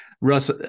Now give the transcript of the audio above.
Russ